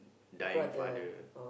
dying father